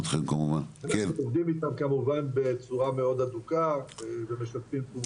עובדים איתם כמובן בצורה מאוד הדוקה ומשתפים פעולה.